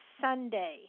Sunday